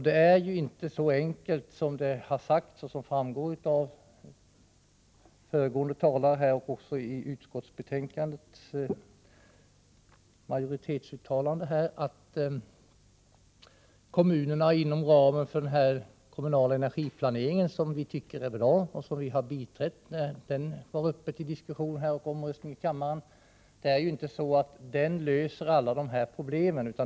Det är inte så enkelt som det har sagts av föregående talare och av utskottsmajoriteten, att kommunerna inom ramen för den kommunala energiplaneringen — som vi tycker är bra och som vi har biträtt när den var uppe till diskussion och omröstning i kammaren — kan lösa alla problem.